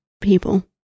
people